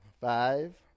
Five